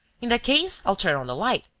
in that case, i'll turn on the light.